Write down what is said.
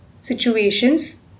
situations